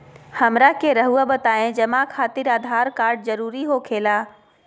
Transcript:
हमरा के रहुआ बताएं जमा खातिर आधार कार्ड जरूरी हो खेला?